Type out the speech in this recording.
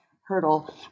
hurdle